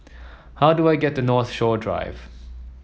how do I get to Northshore Drive